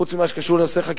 חוץ ממה שקשור לחקיקה,